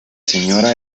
señora